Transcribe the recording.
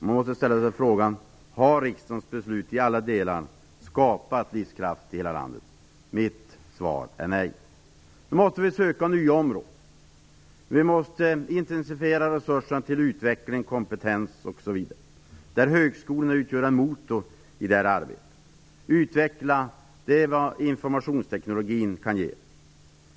Man måste ställa sig frågan: Har riksdagens beslut i alla delar skapat livskraft i hela landet? Mitt svar är nej. Vi måste nu söka upp nya områden. Vi måste intensifiera resursinsatserna till utveckling, kompetens osv. Högskolorna utgör en motor i arbetet på att utveckla vad informationstekniken kan ge oss.